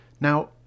Now